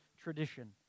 tradition